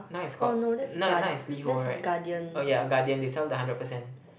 now it's called now now is LiHo right oh yeah Guardian they sell the hundred percent